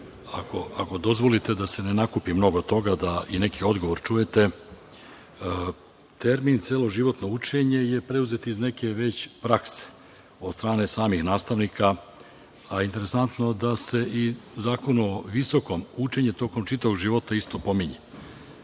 Ako dozvolite, da se ne nakupi mnogo toga, da i neki odgovor čujete. Termin „celoživotno učenje“ je pruzet iz neke prakse od strane samih nastavnika. Interesantno je da se i Zakon o visokom obrazovanju učenje tokom čitavog života isto pominje,